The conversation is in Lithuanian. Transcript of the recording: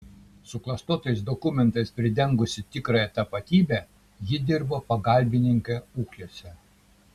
suklastotais dokumentais pridengusi tikrąją tapatybę ji dirbo pagalbininke ūkiuose